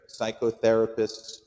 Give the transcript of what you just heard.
psychotherapists